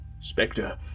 Spectre